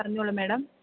പറഞ്ഞോളൂ മേഡം